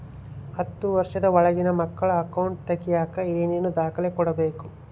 ಹತ್ತುವಷ೯ದ ಒಳಗಿನ ಮಕ್ಕಳ ಅಕೌಂಟ್ ತಗಿಯಾಕ ಏನೇನು ದಾಖಲೆ ಕೊಡಬೇಕು?